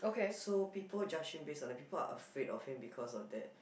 so people judge him base on that people are afraid of him because of that